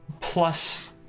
plus